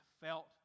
felt